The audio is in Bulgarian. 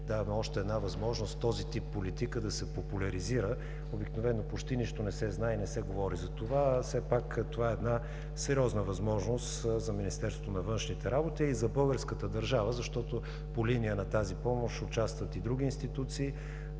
даваме още една възможност този тип политика да се популяризира. Обикновено почти нищо не се знае и не се говори за това, а все пак това е една сериозна възможност за Министерството на външните работи, а и за българската държава, защото по линия на тази помощ участват и други институции.